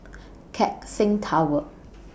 Keck Seng Tower